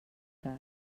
cas